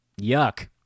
Yuck